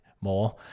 more